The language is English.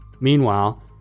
Meanwhile